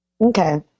Okay